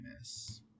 miss